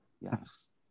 Yes